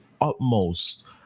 utmost